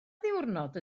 ddiwrnod